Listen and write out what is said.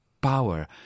power